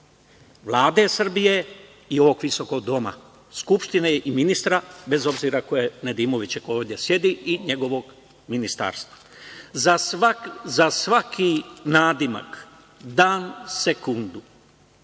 Vlade Srbije i ovog Visokog doma, Skupštine i ministra, bez obzira ko je, Nadimović ovde sedi, i njegovog ministarstva.Za svaki nadimak dan, sekundu,